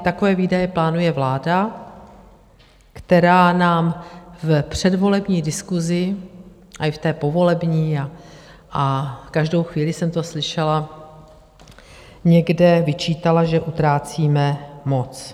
Takové výdaje plánuje vláda, která nám v předvolební diskusi a i v té povolební, a každou chvíli jsem to slyšela, někde vyčítala, že utrácíme moc.